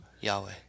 Yahweh